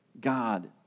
God